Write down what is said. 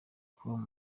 com